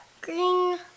Green